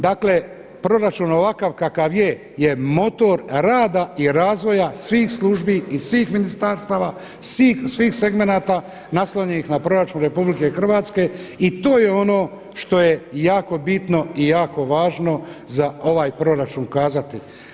Dakle, proračun ovakav kakav je motor rada i razvoja svih službi i svih ministarstava, svih segmenata naslonjenih na proračun RH i to je ono što je jako bitno i jako važno za ovaj proračun kazati.